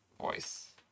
voice